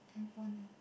handphone ah